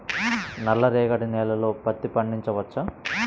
నల్ల రేగడి నేలలో పత్తి పండించవచ్చా?